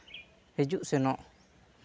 ᱦᱤᱡᱩᱜ ᱥᱮᱱᱚᱜ